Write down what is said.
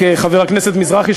חבר הכנסת מזרחי,